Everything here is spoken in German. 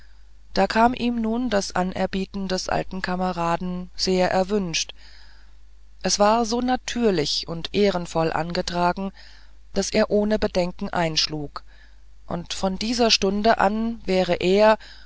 verkauft da kam ihm nun das anerbieten des alten kameraden sehr erwünscht es war so natürlich und ehrenvoll angetragen daß er ohne bedenken einschlug und von dieser stunde an wäre er